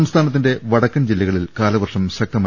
സംസ്ഥാനത്തിന്റെ വടക്കൻ ജില്ലകളിൽ കാലവർഷം ശക്തമായി